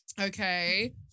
Okay